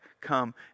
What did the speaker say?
come